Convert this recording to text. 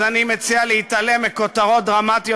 אז אני מציע להתעלם מכותרות דרמטיות